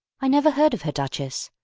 i never heard of her, duchess.